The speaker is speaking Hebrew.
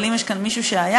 אבל אם יש כאן מישהו שהיה,